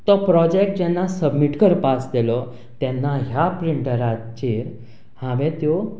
तो प्रोजेक्ट जेन्ना सबमिर्ट करपाचो आशिल्लो तेन्ना ह्या प्रिंटराचेर हांवें त्यो